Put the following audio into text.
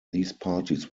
parties